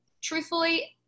truthfully